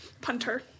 Punter